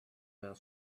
were